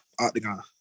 Octagon